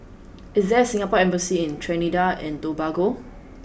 is there a Singapore embassy in Trinidad and Tobago